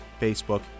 Facebook